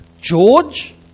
George